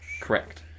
Correct